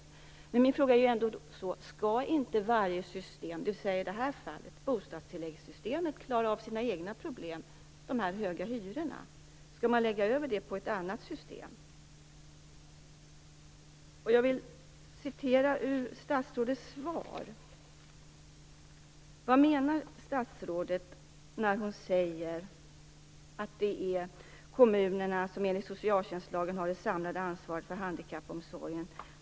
Min fråga blir då: Skall inte varje system - i det här fallet bostadstilläggssystemet - klara av sina egna problem, eller skall problemet med de höga hyrorna läggas över på ett annat system? Vad menar statsrådet när hon i svaret säger att det är kommunerna som enligt socialtjänstlagen har det samlade ansvaret för handikappomsorgen?